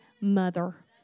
mother